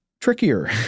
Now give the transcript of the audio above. trickier